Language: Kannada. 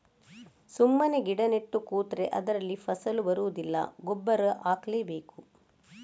ಸುಮ್ಮನೆ ಗಿಡ ನೆಟ್ಟು ಕೂತ್ರೆ ಅದ್ರಲ್ಲಿ ಫಸಲು ಬರುದಿಲ್ಲ ಗೊಬ್ಬರ ಹಾಕ್ಲೇ ಬೇಕು